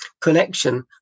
connection